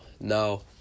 no